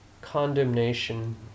condemnation